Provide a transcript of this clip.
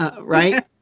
right